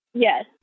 yes